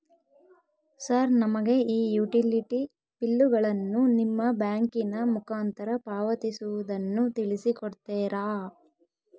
Sir ನಮಗೆ ಈ utility ಬಿಲ್ಲುಗಳನ್ನು ನಿಮ್ಮ ಬ್ಯಾಂಕಿನ ಮುಖಾಂತರ ಪಾವತಿಸುವುದನ್ನು ತಿಳಿಸಿ ಕೊಡ್ತೇರಾ?